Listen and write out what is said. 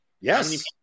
yes